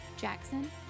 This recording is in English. Jackson